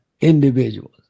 individuals